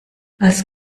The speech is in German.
als